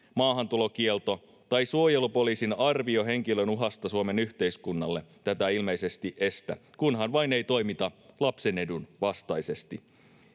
maahantulokielto tai suojelupoliisin arvio henkilön uhasta Suomen yhteiskunnalle tätä ilmeisesti estä, kunhan vain ei toimita lapsen edun vastaisesti.